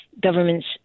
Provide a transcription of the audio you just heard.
governments